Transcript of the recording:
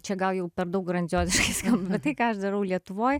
čia gal jau per daug grandioziškai skamba tai ką aš darau lietuvoj